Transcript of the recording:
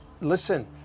listen